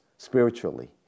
spiritually